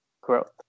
growth